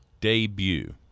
debut